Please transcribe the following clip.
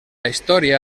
història